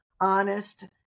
honest